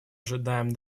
ожидаем